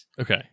Okay